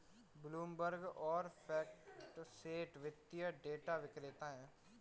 Bloomberg और FactSet वित्तीय data विक्रेता हैं